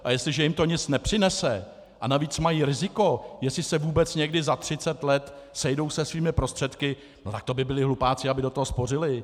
A jestliže jim to nic nepřinese a navíc mají riziko, jestli se vůbec někdy za 30 let sejdou se svými prostředky, tak to by byli hlupáci, kdyby do toho spořili!